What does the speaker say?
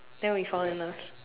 then we will fall in love